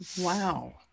Wow